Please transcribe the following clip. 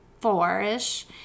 four-ish